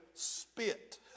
Spit